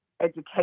education